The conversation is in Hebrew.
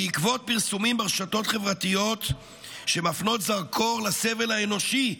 בעקבות פרסומים ברשתות חברתיות שמפנים זרקור לסבל האנושי,